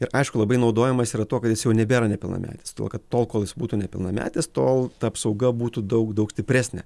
ir aišku labai naudojamas yra tuo kad jis jau nebėra nepilnametis tuo kad tol kol jis būtų nepilnametis tol ta apsauga būtų daug daug stipresnė